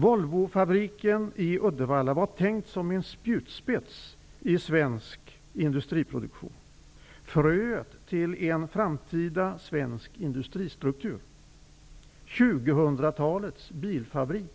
Volvofabriken i Uddevalla var tänkt som en spjutspets i svensk industriproduktion och fröet till en framtida svensk industristruktur. Det talades om 2000-talets bilfabrik.